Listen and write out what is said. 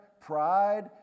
pride